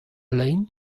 lein